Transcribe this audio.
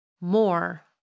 more